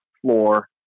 floor